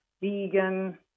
vegan